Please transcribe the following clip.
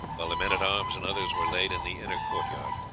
while the men-at-arms and others were laid in the inner court-yard.